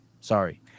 Sorry